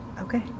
okay